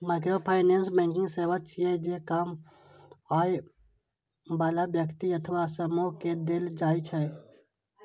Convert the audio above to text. microfinance banking सेवा छियै, जे कम आय बला व्यक्ति अथवा समूह कें देल जाइ छै